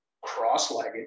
cross-legged